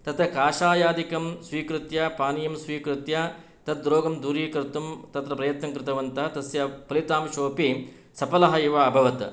तत्र कषायादिकं स्वीकृत्य पानीयं स्वीकृत्य तद्रोगं दूरीकर्तुं तत्र प्रयन्तङ्कृतवन्तः तस्य फलितांशोपि सपलः एव अभवत्